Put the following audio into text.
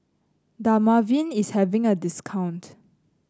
Dermaveen is having a discount